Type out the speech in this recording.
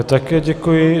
Také děkuji.